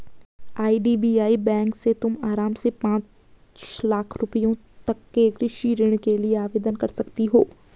IDBI bank से तुम आराम से पाँच लाख रुपयों तक के कृषि ऋण के लिए आवेदन कर सकती हो